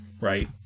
Right